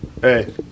Hey